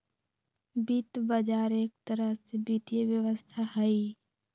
वित्त बजार एक तरह से वित्तीय व्यवस्था हई